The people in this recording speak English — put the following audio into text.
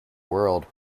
world